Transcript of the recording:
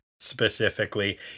specifically